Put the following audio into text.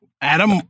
Adam